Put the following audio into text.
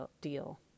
deal